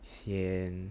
sian